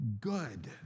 good